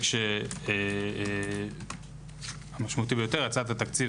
החלק המשמעותי ביותר הצעת התקציב,